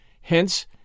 hence